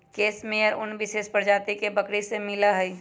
case मेयर उन विशेष प्रजाति के बकरी से मिला हई